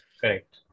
Correct